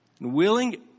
Willing